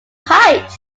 height